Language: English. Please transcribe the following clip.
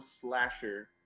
slasher